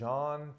John